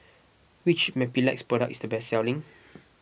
which Mepilex product is the best selling